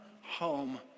home